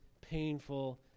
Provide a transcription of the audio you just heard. painful